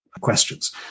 questions